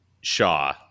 Shaw